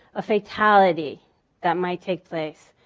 a fatality that might take place,